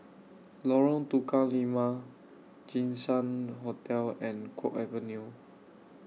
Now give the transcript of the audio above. Lorong Tukang Lima Jinshan Hotel and Guok Avenue